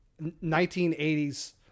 1980s